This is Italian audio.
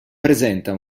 presenta